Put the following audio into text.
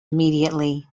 immediately